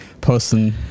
posting